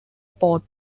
port